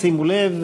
שימו לב,